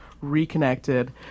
reconnected